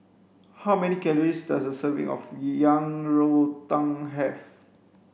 how many calories does a serving of yang rou tang have